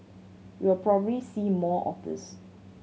you'll probably see more of this